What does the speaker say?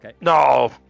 No